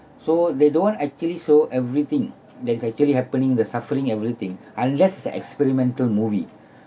so they don't actually show everything that is actually happening the suffering everything unless the experimental movie